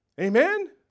Amen